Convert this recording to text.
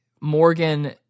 Morgan